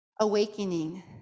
awakening